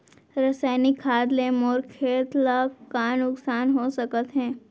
रसायनिक खाद ले मोर खेत ला का नुकसान हो सकत हे?